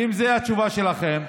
ואם זו התשובה שלכם,